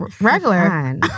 regular